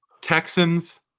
Texans